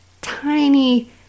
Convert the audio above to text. tiny